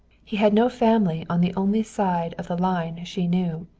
he had no family on the only side of the line she knew.